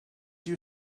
you